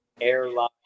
airline